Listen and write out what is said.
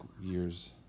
years